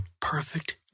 perfect